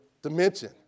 Dimension